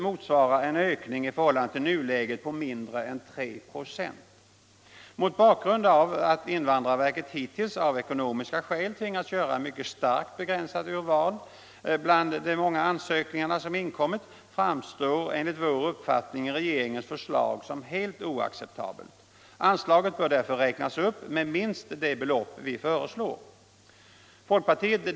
Mot bakgrund av att invandrarverket hittills av ekonomiska skäl tvingats göra ett mycket starkt begränsat urval bland de många ansökningar som inkommit framstår enligt vår uppfattning regeringens förslag som helt oacceptabelt. Anslaget bör därför räknas upp med minst det belopp vi föreslår.